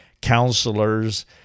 counselors